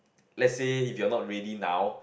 let's say if you are not ready now